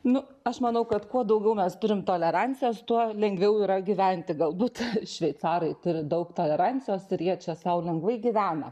nu aš manau kad kuo daugiau mes turim tolerancijos tuo lengviau yra gyventi galbūt šveicarai turi daug tolerancijos ir jie čia sau lengvai gyvena